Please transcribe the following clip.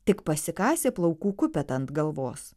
tik pasikasė plaukų kupetą ant galvos